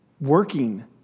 working